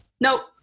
nope